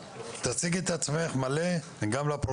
אני מצטרפת לכל מה שנאמר כאן לפניי.